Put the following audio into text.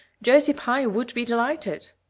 josie pye would be delighted.